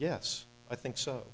yes i think so